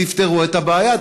תפתרו את הבעיה.